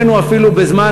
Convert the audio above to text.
הבאנו אפילו,